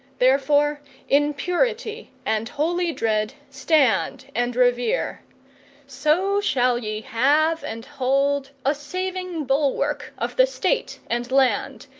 therefore in purity and holy dread stand and revere so shall ye have and hold a saving bulwark of the state and land,